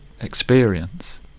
experience